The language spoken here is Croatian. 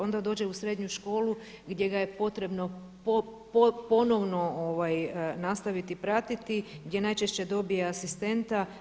Onda dođe u srednju školu gdje ga je potrebno ponovno nastaviti pratiti gdje najčešće dobije asistenta.